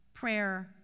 Prayer